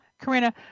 Karina